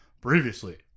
previously